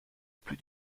plus